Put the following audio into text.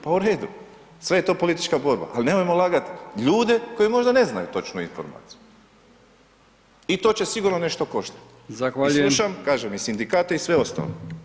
Pa u redu sve je to politička borba, ali nemojmo lagat ljude koji možda ne znaju točnu informaciju i to će sigurno nešto koštat [[Upadica: Zahvaljujem.]] i slušam kažem i sindikate i sve ostale.